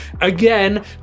Again